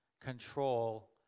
control